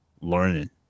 learning